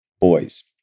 boys